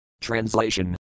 Translation